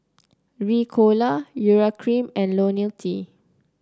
Ricola Urea Cream and IoniL T